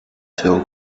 phil